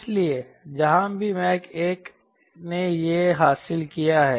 इसलिए जहां भी मैक1 ने यह हासिल किया है